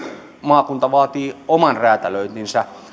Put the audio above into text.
maakunta vaatii oman räätälöintinsä